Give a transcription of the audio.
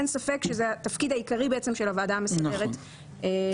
אין ספק שזה התפקיד העיקרי בעצם של הוועדה המסדרת לעשות.